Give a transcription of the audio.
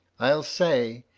i'll say,